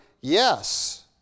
Yes